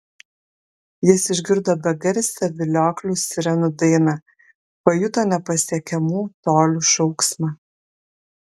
jis išgirdo begarsę vilioklių sirenų dainą pajuto nepasiekiamų tolių šauksmą